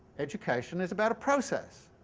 education is about a process,